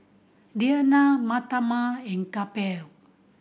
Neila Mahatma and Kapil